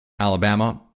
Alabama